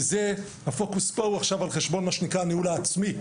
כי הפוקוס פה הוא על חשבון הניהול העצמי,